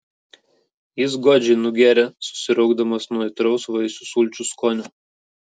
jis godžiai nugėrė susiraukdamas nuo aitraus vaisių sulčių skonio